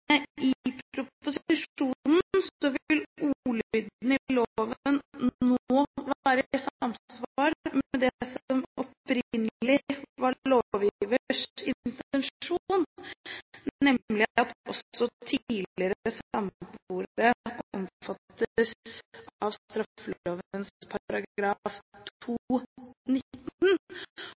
i proposisjonen vil ordlyden i loven nå være i samsvar med det som opprinnelig var lovgivers intensjon, nemlig at også tidligere samboere omfattes av